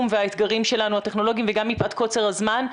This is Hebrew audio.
והאתגרים הטכנולוגיים שלנו וגם מפאת קוצר הזמן.